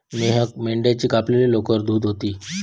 मेहक मेंढ्याची कापलेली लोकर धुत होती